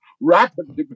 rapidly